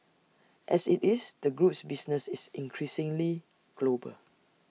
as IT is the group's business is increasingly global